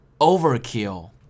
overkill